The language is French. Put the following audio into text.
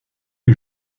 les